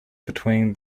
between